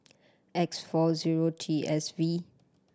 X four zero T S V